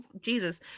Jesus